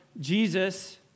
Jesus